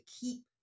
keep